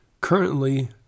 currently